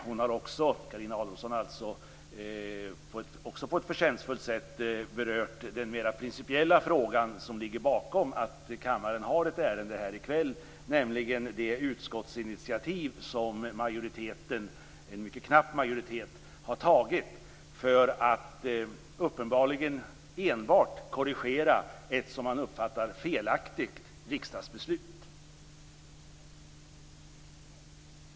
Hon har också på ett förtjänstfullt sätt berört den mera principiella fråga som ligger bakom att kammaren har ett ärende här i kväll, nämligen det utskottsinitiativ som majoriteten - en mycket knapp majoritet - har tagit för att uppenbarligen enbart korrigera ett som man uppfattar felaktigt riksdagsbeslut.